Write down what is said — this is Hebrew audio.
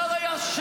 מגיע לך,